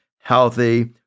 healthy